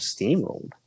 steamrolled